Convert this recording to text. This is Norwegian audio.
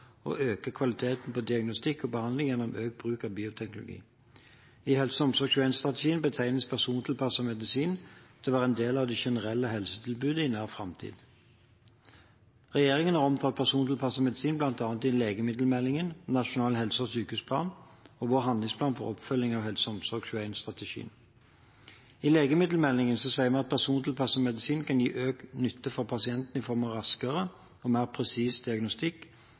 øke kvaliteten på diagnostikk og behandling gjennom økt bruk av bioteknologi. I HelseOmsorg2l-strategien betegnes persontilpasset medisin som en del av det generelle helsetilbudet i nær framtid. Regjeringen har omtalt persontilpasset medisin i bl.a. legemiddelmeldingen, Nasjonal helse- og sykehusplan og vår handlingsplan for oppfølging av HelseOmsorg2l-strategien. I legemiddelmeldingen sier vi at persontilpasset medisin kan gi økt nytte for pasienten i form av raskere og mer presis diagnostikk